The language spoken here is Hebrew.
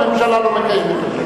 הממשלה לא מקיימת אותו.